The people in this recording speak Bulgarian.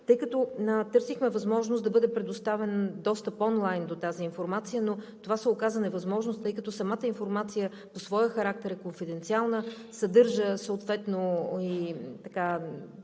Търсехме възможност да бъде предоставен достъп онлайн до тази информация, но това се оказа невъзможно, тъй като самата информация по своя характер е конфиденциална, съдържа съответно и